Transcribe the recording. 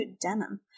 denim